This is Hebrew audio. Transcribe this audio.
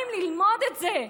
מה עם ללמוד את זה?